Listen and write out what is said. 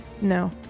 No